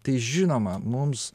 tai žinoma mums